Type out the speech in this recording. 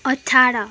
अठार